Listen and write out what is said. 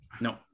no